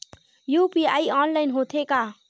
UPI online होथे का?